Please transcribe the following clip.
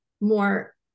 more